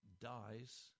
dies